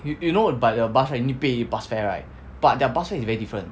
you you know you by the bus ride you need pay bus fare right but their bus fare is very different